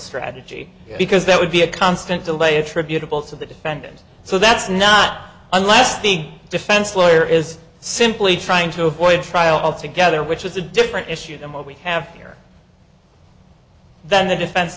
strategy because that would be a constant delay attributable to the defendant so that's not unless the defense lawyer is simply trying to avoid trial altogether which is a different issue than what we have here then the defen